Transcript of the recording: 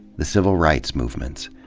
the civil rights movements.